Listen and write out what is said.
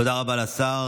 תודה רבה לשר.